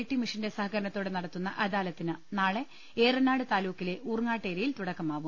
T മിഷന്റെ സഹകരണത്തോടെ നടത്തുന്ന അദാലത്തിന് നാളെ ഏറനാട് താലൂക്കിലെ ഊർങ്ങാട്ടേരിയിൽ തുടക്കമാവും